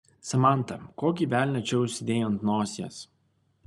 samanta kokį velnią čia užsidėjai ant nosies